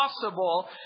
possible